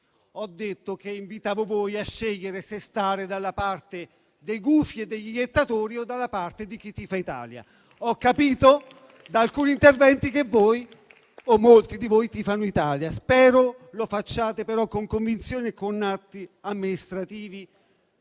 ho detto che vi invitavo a scegliere se stare dalla parte dei gufi e degli iettatori o dalla parte di chi tifa Italia. Ho capito da alcuni interventi che voi - o molti di voi - tifate Italia. Spero lo facciate però con convinzione e con atti amministrativi,